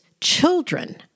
children